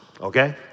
okay